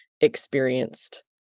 experienced